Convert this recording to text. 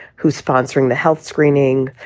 who's sponsoring the health screening,